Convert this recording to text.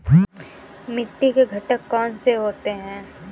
मिट्टी के घटक कौन से होते हैं?